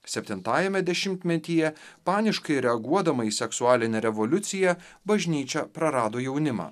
septintajame dešimtmetyje paniškai reaguodama į seksualinę revoliuciją bažnyčia prarado jaunimą